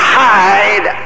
hide